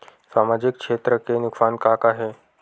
सामाजिक क्षेत्र के नुकसान का का हे?